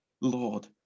Lord